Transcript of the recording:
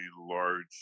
large